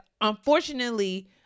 unfortunately